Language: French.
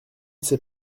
sais